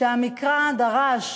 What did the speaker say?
שהמקרא דרש